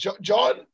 John